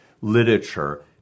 literature